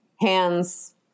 hands